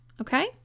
Okay